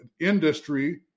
industry